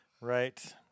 Right